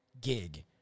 gig